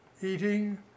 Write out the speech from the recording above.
eating